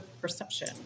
perception